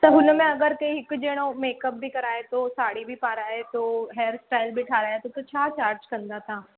त हुनमें अगरि कई हिक ॼणो मेकअप बि कराए थो साड़ी बि पाराए थो हैर स्टाइल बि ठहाराए थो त छा चार्ज कंदा तव्हां